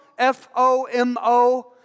F-O-M-O